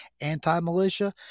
anti-militia